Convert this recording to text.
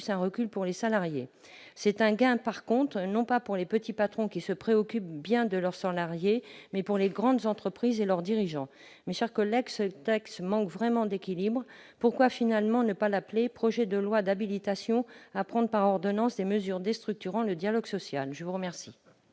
recul pour les salariés, et un gain, en revanche, non pas pour les petits patrons qui se préoccupent de leurs salariés, mais pour les grandes entreprises et leurs dirigeants. Mes chers collègues, ce texte manque vraiment d'équilibre. Pourquoi finalement ne pas l'appeler « projet de loi d'habilitation à prendre par ordonnances des mesures déstructurant le dialogue social »? La parole